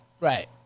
right